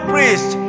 Priest